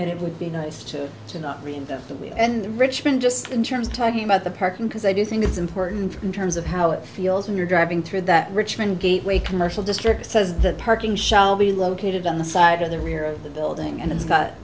think it would be nice to to not reinvent the wheel in the richmond just in terms of talking about the parking because i do think it's important in terms of how it feels when you're driving through that richmond gateway commercial district says that parking shall be located on the side of the rear of the building and